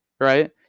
right